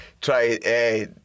Try